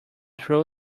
threw